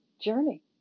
journey